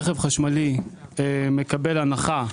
רכב חשמלי מקבל הנחה,